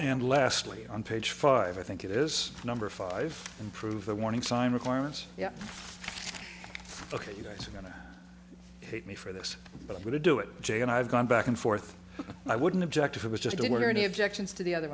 and lastly on page five i think it is number five improve the warning sign requirements yeah ok you guys are going to hate me for this but i'm going to do it jay and i've gone back and forth i wouldn't object if it was just doing what any objections to the other